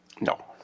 No